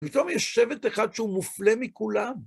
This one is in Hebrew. פתאום יש שבט אחד שהוא מופלה מכולם.